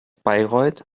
bayreuth